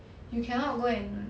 you cannot go and